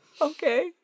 Okay